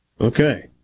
Okay